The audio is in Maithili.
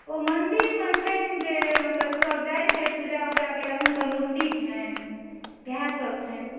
ओ मन्दिरमे छन्हि जे मतलब ईसब जाइ छै पूजा उजा कयलक हुनकर मूर्ति छन्हि इएह सब छन्हि